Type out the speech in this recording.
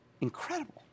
Incredible